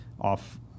off